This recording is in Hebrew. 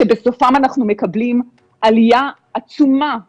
שבסופם אנחנו מקבלים עלייה עצומה בתחלואה,